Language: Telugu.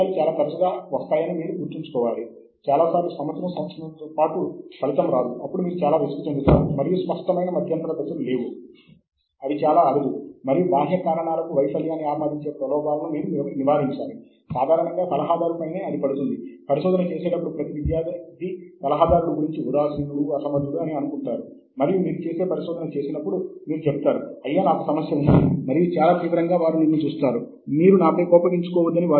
కాబట్టి ఇక్కడ మళ్ళీ సభ్యత్వం అవసరం మరియు అలాంటి రెండు మూలాలు నేను మీకు చూపించబోతున్నాను ఒకటి థామ్సన్ ISI సంస్థ యొక్క వెబ్ ఆఫ్ సైన్స్ మరియు మరొకటి స్కోపస్